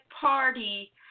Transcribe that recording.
Party